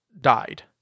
died